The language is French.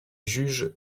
juges